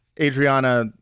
adriana